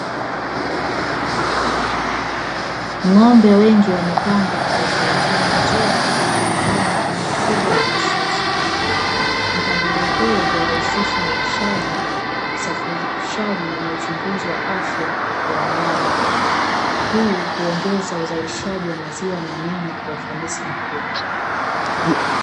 Ng’ombe wengi wamepangwa kwa utaratibu mzuri ndani ya banda kubwa la kisasa. Mpangilio huu urahishisha ulishaji, usafirishaji na uchunguzi wa afya kwa wanyama. Hii uongeza uzalishaji wa maziwa na nyama kwa ufanisi mkubwa.